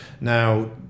Now